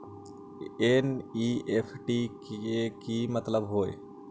NEFT के कि मतलब होइ?